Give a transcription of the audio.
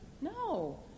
No